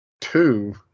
Two